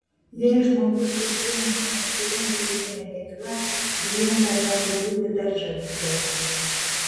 jei žmogus užsiima aktyvia fizine veikla dieta gali būti dar žalingesnė